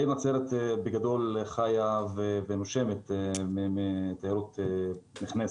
העיר נצרת, בגדול, חיה ונושמת מתיירות נכנסת.